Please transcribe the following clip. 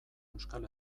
euskal